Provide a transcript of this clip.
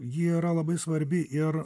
ji yra labai svarbi ir